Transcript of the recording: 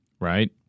Right